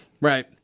Right